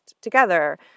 together